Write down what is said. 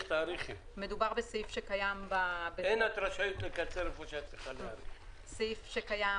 אין מתנגדים ואין נמנעים, סעיף 17